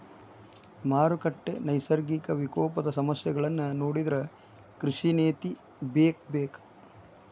ಮಾರುಕಟ್ಟೆ, ನೈಸರ್ಗಿಕ ವಿಪಕೋಪದ ಸಮಸ್ಯೆಗಳನ್ನಾ ನೊಡಿದ್ರ ಕೃಷಿ ನೇತಿ ಬೇಕಬೇಕ